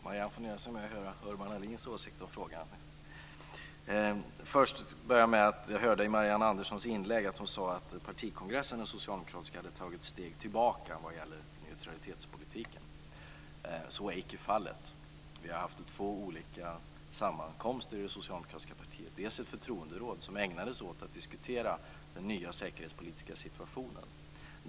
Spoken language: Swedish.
Fru talman! Marianne Andersson får nöja sig med att höra Urban Ahlins åsikt i frågan. Jag hörde Marianne Andersson säga i sitt inlägg att den socialdemokratiska partikongressen hade tagit steg tillbaka vad gäller neutralitetspolitiken. Så är icke fallet. Vi har haft två olika sammankomster i det socialdemokratiska partiet. Ett förtroenderåd ägnade sig åt att diskutera den nya säkerhetspolitiska situationen.